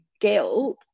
guilt